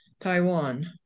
Taiwan